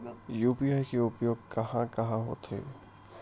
UPI के उपयोग कहां कहा होथे?